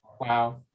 Wow